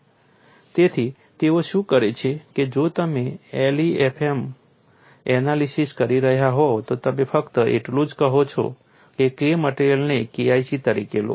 તેથી તેઓ શું કરે છે કે જો તમે LEFM એનાલિસીસ કરી રહ્યા હોવ તો તમે ફક્ત એટલું જ કહો છો કે K મટેરીઅલને KIC તરીકે લો